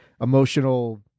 emotional